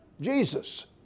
Jesus